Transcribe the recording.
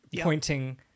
pointing